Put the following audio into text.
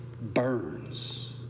burns